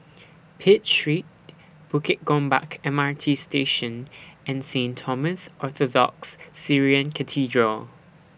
Pitt Street Bukit Gombak M R T Station and Saint Thomas Orthodox Syrian Cathedral